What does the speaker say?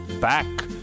Back